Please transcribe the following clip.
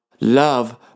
love